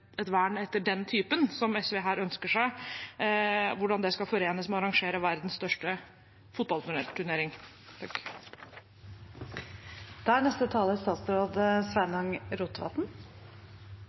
et vern etter den typen som SV her ønsker seg, forenes med å arrangere verdens største fotballturnering. Ekebergsletta er